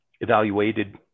evaluated